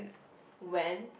when